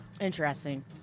Interesting